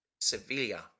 Sevilla